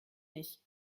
ich